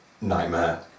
Nightmare